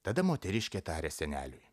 tada moteriškė tarė seneliui